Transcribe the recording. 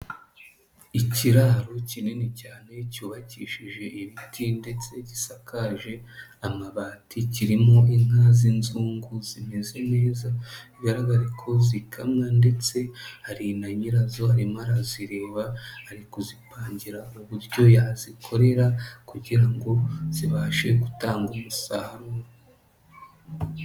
Ikiraro kinini cyane cyubakishije ibiti ndetse gisakaje amabati, kirimo inka z'inzungu zimeze neza, bigaragare ko zikamwa ndetse hari na nyirazo arimo arazireba ari kuzipangira uburyo yazikorera kugira ngo zibashe gutanga umusaruro.